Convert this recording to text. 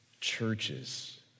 churches